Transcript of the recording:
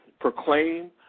proclaim